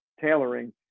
tailoring